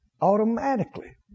automatically